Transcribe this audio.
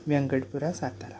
Vyankatpura Satara